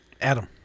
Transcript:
Adam